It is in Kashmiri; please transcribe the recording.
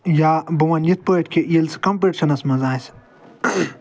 یا بہٕ وَنہٕ یِتھ پٲٹھۍ کہِ ییٚلہِ سُہ کمپِٹشَنَس منٛز آسہِ